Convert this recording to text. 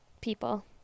people